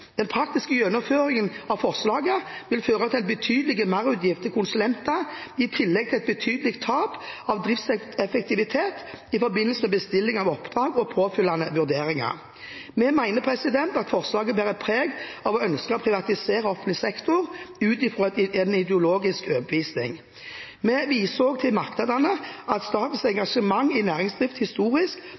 Den praktiske gjennomføringen av forslaget vil føre til en betydelig merutgift til konsulenter, i tillegg til et betydelig tap av driftseffektivitet i forbindelse med bestilling av oppdrag og påfølgende vurderinger. Vi mener at forslaget bærer preg av å ønske å privatisere offentlig sektor ut fra en ideologisk overbevisning. Vi viser i merknadene også til at statens engasjement i næringsdrift historisk